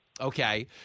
okay